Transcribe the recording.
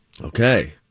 Okay